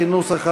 כנוסח הוועדה.